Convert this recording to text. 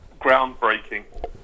groundbreaking